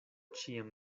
ĉiam